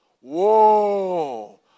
Whoa